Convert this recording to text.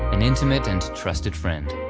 an intimate and trusted friend.